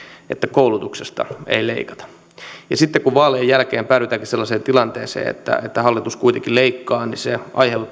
koulutuksesta ei leikata ja sitten kun vaalien jälkeen päädytäänkin sellaiseen tilanteeseen että että hallitus kuitenkin leikkaa niin se aiheuttaa aivan